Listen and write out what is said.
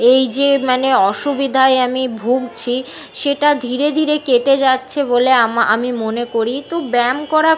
এই যে মানে অসুবিধায় আমি ভুগছি সেটা ধীরে ধীরে কেটে যাচ্ছে বলে আমি মনে করি যেহেতু ব্যায়াম করা